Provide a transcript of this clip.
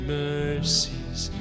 mercies